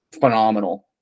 phenomenal